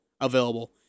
available